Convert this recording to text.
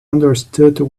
understood